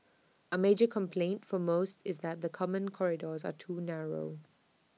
A major complaint for most is that the common corridors are too narrow